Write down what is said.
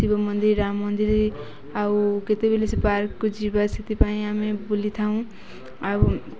ଶିବ ମନ୍ଦିର ରାମ ମନ୍ଦିର ଆଉ କେତେବେଲେ ସେ ପାର୍କକୁ ଯିବା ସେଥିପାଇଁ ଆମେ ବୁଲିଥାଉ ଆଉ